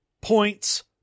points